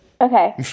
Okay